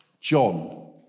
John